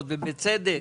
לשדרות, ובצדק,